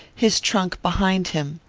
his trunk behind him.